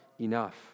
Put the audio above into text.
enough